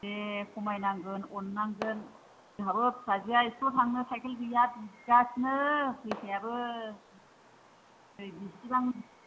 दे खमायनांगोन अन्नांगोन जोंहाबो फिसाजोआ स्कुलाव थांनो साइकेल गैया दा बिगासिनो फैसायाबो बेसेबां